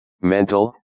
mental